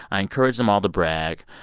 i encourage them all to brag.